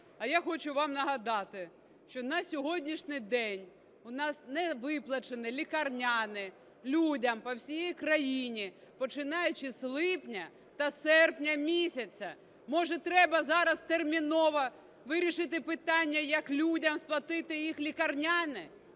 А я хочу вам нагадати, що на сьогоднішній день у нас не виплачені лікарняні людям по всій країні, починаючи з липня та серпня місяця. Може, треба зараз терміново вирішити питання, як людям сплатити їх лікарняні?